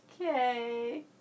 okay